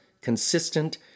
consistent